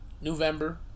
November